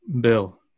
Bill